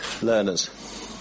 learners